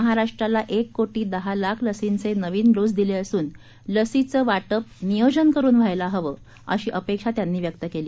महाराष्ट्राला एक कोटी दहा लाख लसींचे नविन डोस दिले असून लसीचं वाटप नियोजन करून व्हायला हवं अशी अपेक्षा त्यांनी व्यक्त केली